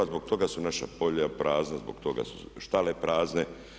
Zbog toga su naša polja prazna, zbog toga su štale prazne.